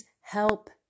help